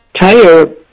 tire